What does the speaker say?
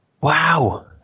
Wow